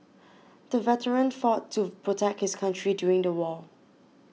the veteran fought to protect his country during the war